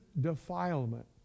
defilement